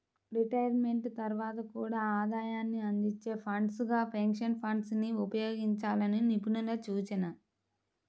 retirement తర్వాత కూడా ఆదాయాన్ని అందించే ఫండ్స్ గా పెన్షన్ ఫండ్స్ ని ఉపయోగించాలని నిపుణుల సూచన